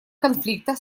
конфликта